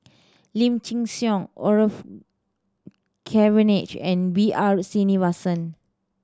Lim Chin Siong Orfeur Cavenagh and B R Sreenivasan